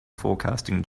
forecasting